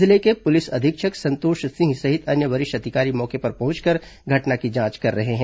जिले के पुलिस अधीक्षक संतोष सिंह सहित अन्य वरिष्ठ अधिकारी मौके पर पहुंचकर घटना की जांच कर रहे हैं